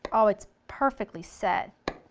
oh it's perfectly set!